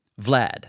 Vlad